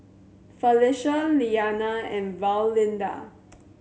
Felicia Lilyana and Valinda